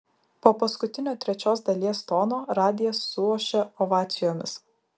po paskutinio trečios dalies tono radijas suošia ovacijomis